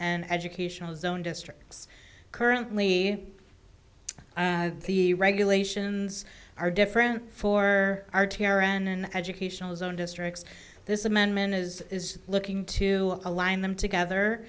and educational zone districts currently the regulations are different for our t r n an educational zone districts this amendment is is looking to align them together